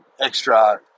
extra